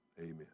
Amen